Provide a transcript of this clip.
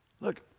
Look